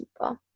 people